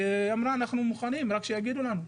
ואמרה אנחנו מוכנים, רק שיגידו לנו.